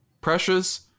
Precious